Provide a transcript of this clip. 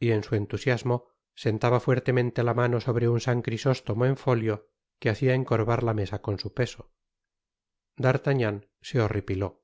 y en su entusiasmo sentaba fuertemente la mano sobre un san crisóslómo en fóleo que hacia encorvar la mesa con su peso d'artagnan se hf